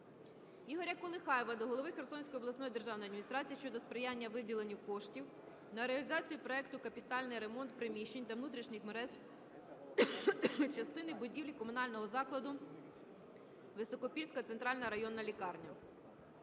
Ігоря Колихаєва до голови Херсонської обласної державної адміністрації щодо сприяння виділенню коштів на реалізацію проекту "Капітальний ремонт приміщень та внутрішніх мереж частини будівлі комунального закладу "Високопільська центральна районна лікарня".